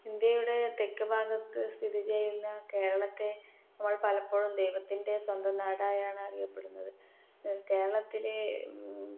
ഇന്ത്യയുടെ തെക്ക് ഭാഗത്ത് സ്ഥിതി ചെയ്യുന്ന കേരളത്തെ നമ്മൾ പലപ്പോഴും ദൈവത്തിൻ്റെ സ്വന്തം നാടായാണ് അറിയപ്പെടുന്നത് കേരളത്തിലെ